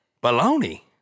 Bologna